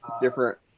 different